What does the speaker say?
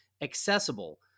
accessible